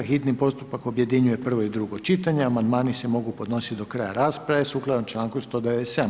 Hitni postupak objedinjuje prvo i drugo čitanje, amandmani se mogu podnositi do kraja rasprave, sukladno članku 197.